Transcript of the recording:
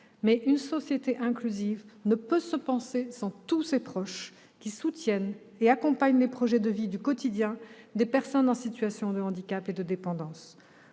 Or une société inclusive ne peut se penser sans tous ces proches qui soutiennent et accompagnent les projets de vie du quotidien des personnes en situation de handicap et de dépendance.